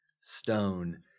stone